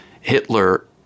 Hitler